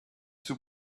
too